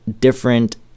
different